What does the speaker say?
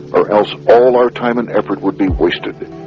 or else all our time and effort would be wasted